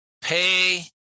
pay